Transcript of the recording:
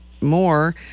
more